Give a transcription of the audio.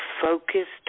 focused